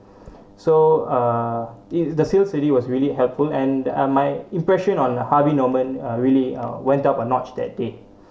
so uh it's the sale lady was really helpful and uh my impression on Harvey Norman uh really uh went up a notch that day